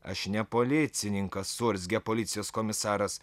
aš ne policininkas suurzgė policijos komisaras